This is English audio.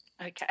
Okay